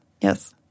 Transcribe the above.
Yes